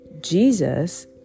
Jesus